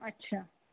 अच्छा